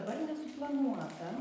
dabar nesuplanuota